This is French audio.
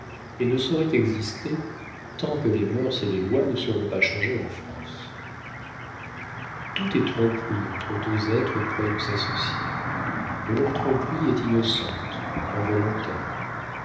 et ne saurait exister tant que les mœurs et les lois ne seront pas changées en france tout est tromperie entre deux êtres près de s'associer mais leur tromperie est innocente